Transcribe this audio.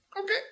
Okay